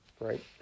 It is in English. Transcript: right